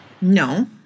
no